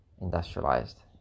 industrialized